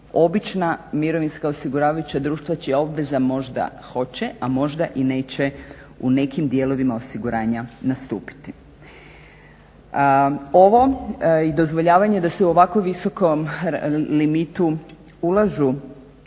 obična mirovinska osiguravajuća društva čija obveza možda hoće, a možda i neće u nekim dijelovima osiguranja nastupiti. Ovo i dozvoljavanje da se u ovako visokom limitu ulažu